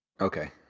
Okay